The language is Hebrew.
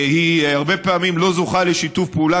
שהיא הרבה פעמים לא זוכה לשיתוף פעולה